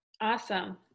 Awesome